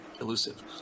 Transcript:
Elusive